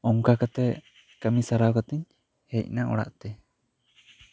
ᱚᱱᱠᱟ ᱠᱟᱛᱮᱫ ᱠᱟᱹᱢᱤ ᱥᱟᱨᱟᱣ ᱠᱟᱛᱮ ᱦᱮᱡ ᱱᱟ ᱚᱲᱟᱜ ᱛᱮ